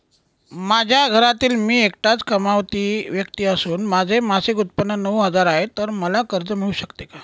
माझ्या घरातील मी एकटाच कमावती व्यक्ती असून माझे मासिक उत्त्पन्न नऊ हजार आहे, तर मला कर्ज मिळू शकते का?